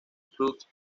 truth